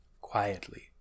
Quietly